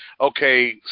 okay